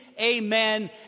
Amen